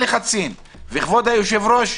וכבוד היושב-ראש,